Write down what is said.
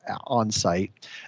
on-site